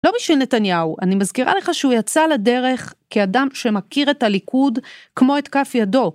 לא בשביל נתניהו, אני מזכירה לך שהוא יצא לדרך כאדם שמכיר את הליכוד כמו את כף ידו